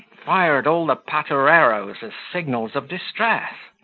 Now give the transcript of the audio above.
fired all the patereroes as signals of distress.